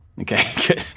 Okay